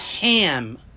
ham